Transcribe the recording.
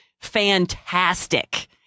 fantastic